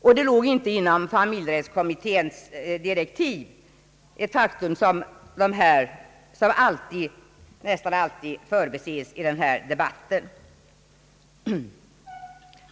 Detta låg inte inom familjerättskommitténs direktiv, ett faktum som nästan alltid förbises i denna debatt.